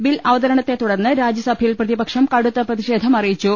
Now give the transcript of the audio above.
bill അവതരണത്തെ തുടർന്ന് രാജ്യസഭയിൽ പ്രതി പക്ഷം കടുത്ത പ്രതിഷേധം അറിയിച്ചു